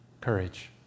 courage